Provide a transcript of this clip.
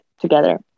together